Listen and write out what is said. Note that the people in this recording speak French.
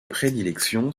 prédilection